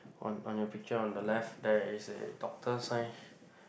on on your picture on the left there is a doctor sign